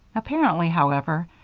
apparently, however,